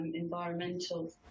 environmental